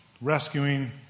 rescuing